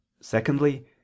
secondly